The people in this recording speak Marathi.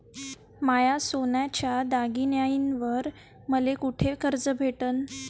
माया सोन्याच्या दागिन्यांइवर मले कुठे कर्ज भेटन?